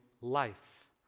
life